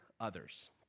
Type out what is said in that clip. others